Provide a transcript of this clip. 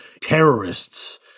terrorists